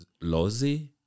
Lozi